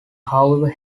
however